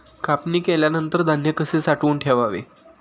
कापणी केल्यानंतर धान्य कसे साठवून ठेवावे?